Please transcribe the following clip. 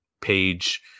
page